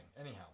anyhow